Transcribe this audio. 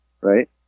right